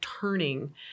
turning